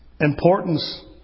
importance